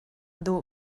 dawh